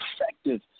effective